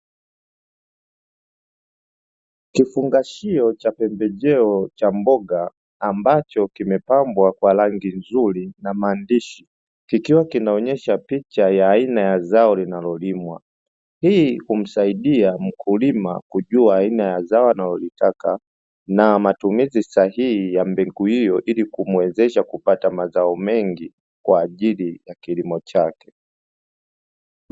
Kifungashio cha pembejeo cha mboga ambacho kimepambwa kwa rangi nzuri na maandishi kikiwa kinaonesha picha ya aina ya zao linalolimwa, hii umsaidia mkulima kujua aina ya zao analolitaka na matumizi sahihi ya mbegu hiyo ili kumuwezesha kupata mazao mengi kwa ajili ya kilimo chake.